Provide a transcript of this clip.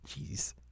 Jeez